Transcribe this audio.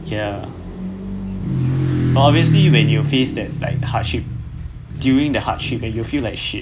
ya but obviously when you face that like hardship during the hardship and you feel like shit